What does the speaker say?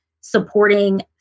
supporting